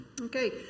Okay